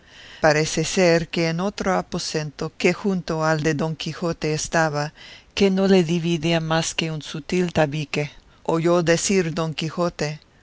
parece ser que en otro aposento que junto al de don quijote estaba que no le dividía más que un sutil tabique oyó decir don quijote